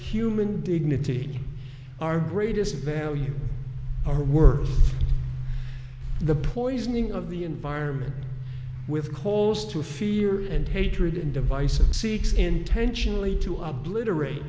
human dignity our greatest value our words the poisoning of the environment with cause to fear and hatred and divisive seeks intentionally to obliterate